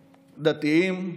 דתיים,